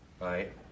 Right